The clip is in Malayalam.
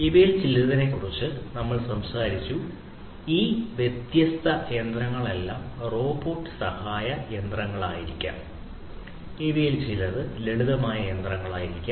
ഇവയിൽ ചിലതിനെക്കുറിച്ച് നമ്മൾ സംസാരിച്ച ഈ വ്യത്യസ്ത യന്ത്രങ്ങളെല്ലാം റോബോട്ട് സഹായ യന്ത്രങ്ങളായിരിക്കാം ഇവയിൽ ചിലത് ലളിതമായ യന്ത്രങ്ങളാകാം